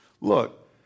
Look